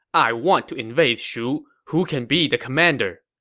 i want to invade shu. who can be the commander?